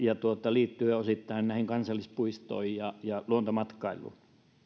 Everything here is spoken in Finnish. vuosien alla liittyen osittain kansallispuistoihin ja ja luontomatkailuun